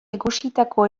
egositako